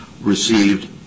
received